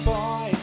Boy